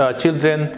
children